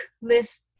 list